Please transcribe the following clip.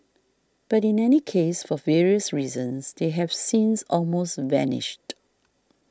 but in any case for various reasons they have since almost vanished